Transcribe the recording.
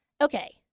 Okay